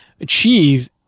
achieve